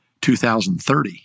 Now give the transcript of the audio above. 2030